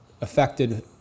affected